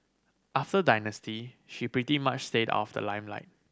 after Dynasty she pretty much stayed out of the limelight